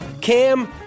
Cam